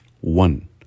One